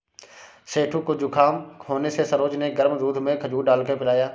सेठू को जुखाम होने से सरोज ने गर्म दूध में खजूर डालकर पिलाया